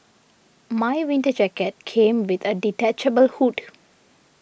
my winter jacket came with a detachable hood